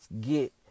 get